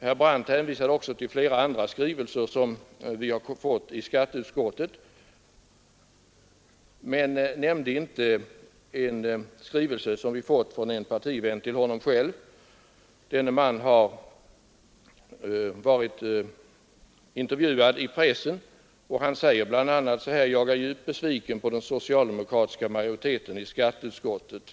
Herr Brandt hänvisade också till flera andra skrivelser som skatteutskottet har fått men nämnde inte en skrivelse som utskottet har fått från en partivän till honom själv. Denne har intervjuats i pressen och säger bl.a.: ”Jag är djupt besviken på den socialdemokratiska majoriteten i skatteutskottet.